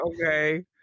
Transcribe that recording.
okay